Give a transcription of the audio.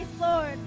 Lord